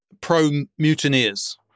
pro-mutineers